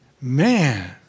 man